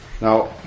Now